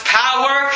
power